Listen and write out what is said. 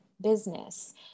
business